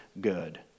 good